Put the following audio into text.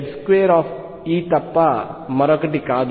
6Z2E తప్ప మరొకటి కాదు